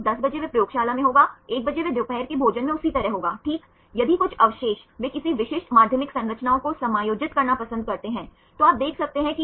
तो फिर माध्यमिक संरचना को परिभाषित करना हम माध्यमिक संरचनाओं को कैसे परिभाषित कर सकते हैं